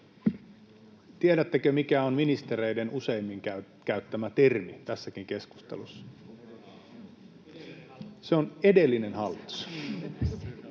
Tiedättekö, mikä on ministereiden useimmin käyttämä termi tässäkin keskustelussa. [Eduskunnasta: